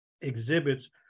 exhibits